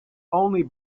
only